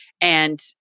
And-